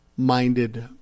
minded